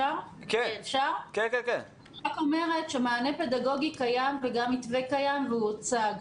אני רק אומרת שמענה פדגוגי קיים וגם מתווה קיים והוא הוצג.